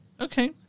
Okay